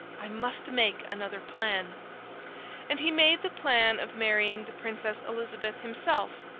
i must make another plan and he made the plan of marrying the princess elizabeth himself,